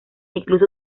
incluso